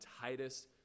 Titus